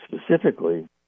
specifically